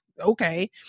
okay